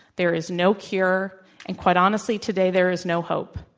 there is no cure and quite honestly, today, there is no hope.